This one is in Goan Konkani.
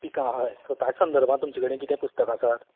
पिकां हय सो ताजे संर्दभान तुमचे कडेन किदें पुस्तकां आसात